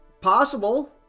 Possible